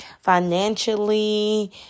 financially